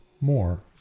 more